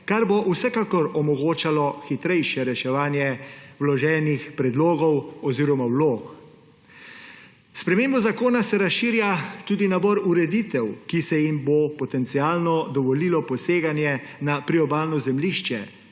kar bo vsekakor omogočalo hitrejše reševanje vloženih predlogov oziroma vlog. S spremembo zakona se razširja tudi nabor ureditev, ki se jim bo potencialno dovolilo poseganje na priobalno zemljišče,